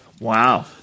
Wow